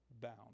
bound